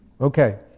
Okay